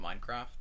Minecraft